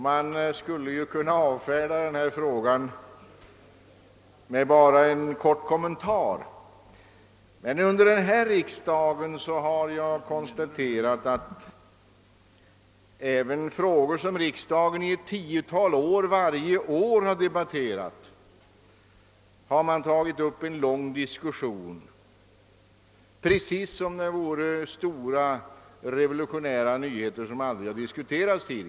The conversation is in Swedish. Man skulle därför kunna avfärda frågan med endast en kort kommentar, men under denna riksdag har jag konstaterat att även frågor som riksdagen debatterat varje år under ett tiotal år förorsakat långa diskussioner, alldeles som om det gällde stora revolutionerande nyheter som aldrig tidigare tagits upp.